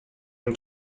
une